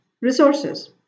Resources